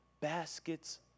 baskets